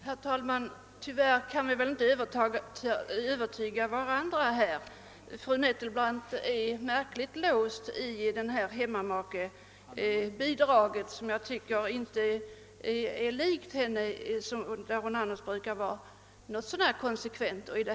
Herr talman! Tyvärr kan vi väl inte övertyga varandra i detta sammanhang. Fru Nettelbrandt är märkligt låst vid hemmamakebidraget, vilket jag tycker inte är likt henne, som annars brukar vara något så när konsekvent.